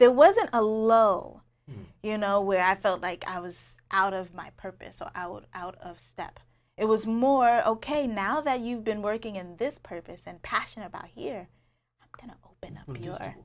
there wasn't a low you know where i felt like i was out of my purpose so i was out of step it was more ok now that you've been working in this purpose and passion about here you